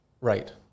right